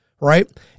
right